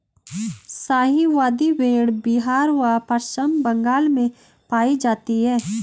शाहाबादी भेड़ बिहार व पश्चिम बंगाल में पाई जाती हैं